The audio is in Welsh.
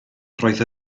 roedd